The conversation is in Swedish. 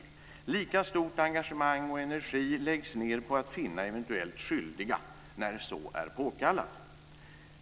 Lika stort engagemang och lika mycket energi läggs ned på att finna eventuella skyldiga när så är påkallat.